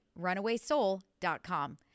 runawaysoul.com